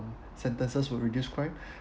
sentences would reduce crime